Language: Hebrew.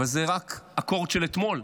אבל זה רק אקורד של אתמול.